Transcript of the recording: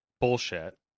Bullshit